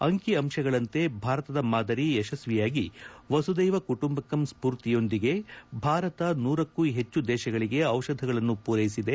ಅಂಕಿ ಅಂಶಗಳಂತೆ ಭಾರತದ ಮಾದರಿ ಯಶಸ್ವಿಯಾಗಿ ವಸುದೈವ ಕುಟಂಬಕಂ ಸ್ಫೂರ್ತಿಯೊಂದಿಗೆ ಭಾರತ ನೂರಕ್ಕೂ ಹೆಚ್ಚು ದೇಶಗಳಿಗೆ ಔಷಧಗಳನ್ನು ಮೂರೈಸಿದೆ